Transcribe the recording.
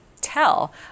tell